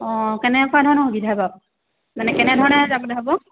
অঁ কেনেকুৱা ধৰণৰ সুবিধা বাৰু মানে কেনেধৰণে যাবলৈ হ'ব